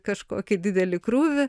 kažkokį didelį krūvį